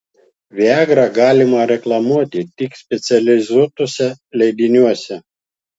viagrą galima reklamuoti tik specializuotuose leidiniuose